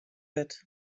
wurdt